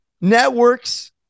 networks